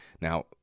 Now